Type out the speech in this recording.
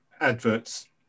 adverts